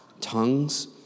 Tongues